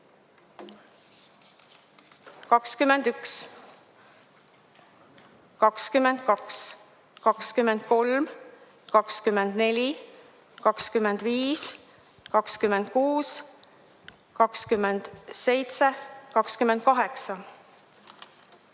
21, 22, 23, 24, 25, 26, 27, 28,